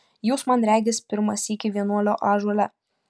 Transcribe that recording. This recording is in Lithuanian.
jūs man regis pirmą sykį vienuolio ąžuole